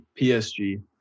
PSG